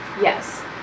Yes